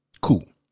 Cool